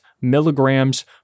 milligrams